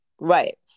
Right